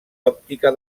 òptica